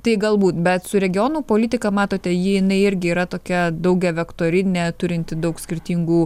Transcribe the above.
tai galbūt bet su regionų politika matote ji jinai irgi yra tokia daugiavektorinė turinti daug skirtingų